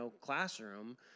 classroom